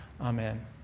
Amen